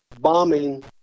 bombing